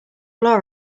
law